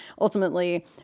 Ultimately